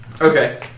Okay